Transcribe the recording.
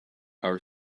our